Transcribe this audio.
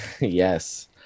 Yes